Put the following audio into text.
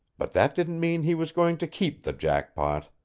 but that didn't mean he was going to keep the jackpot.